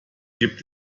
gibt